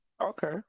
Okay